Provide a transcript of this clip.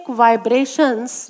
vibrations